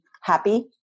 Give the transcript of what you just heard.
happy